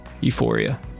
euphoria